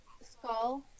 skull